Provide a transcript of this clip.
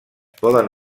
poden